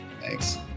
thanks